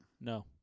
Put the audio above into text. No